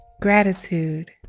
Gratitude